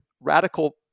radical